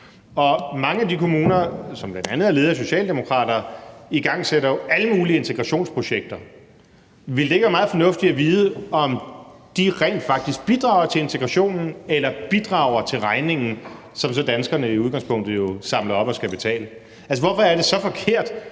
mange af de kommuner, som bl.a. er ledet af socialdemokrater, igangsætter jo alle mulige integrationsprojekter. Ville det ikke være meget fornuftigt at vide, om de rent faktisk bidrager til integrationen eller bidrager til regningen, som så danskerne i udgangspunktet jo samler op og skal betale? Hvorfor er det så forkert